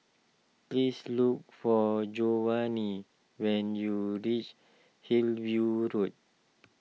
please look for Jovani when you reach Hillview Road